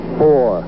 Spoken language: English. four